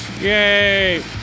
Yay